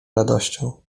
radością